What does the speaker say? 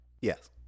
yes